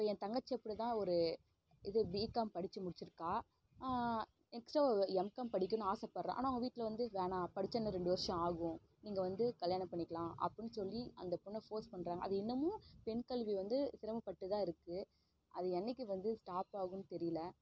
இப்போ என் தங்கச்சி அப்படிதான் ஒரு இது பிகாம் படித்து முடிச்சுருக்கா நெக்ஸ்ட்டு ஒரு எம்காம் படிக்கணுன்னு ஆசைப்பட்றா ஆனால் அவங்க வீட்டில் வந்து வேணாம் படித்தா இன்னும் ரெண்டு வருஷம் ஆகும் நீங்கள் வந்து கல்யாணம் பண்ணிக்கலாம் அப்படின்னு சொல்லி அந்த பொண்ணை ஃபோர்ஸ் பண்ணுறாங்க அது இன்னுமும் பெண் கல்வி வந்து சிரமப்பட்டுதான் இருக்குது அது என்றைக்கு வந்து ஸ்டாப் ஆகுன்னு தெரியல